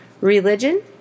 religion